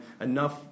enough